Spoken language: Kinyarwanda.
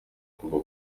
kuva